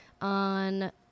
on